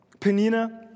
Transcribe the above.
Penina